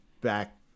back